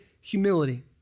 humility